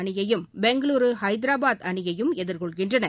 அணிணையும் பெங்களூரு ஹைதராபாத் அணியையும் எதிர்கொள்கின்றன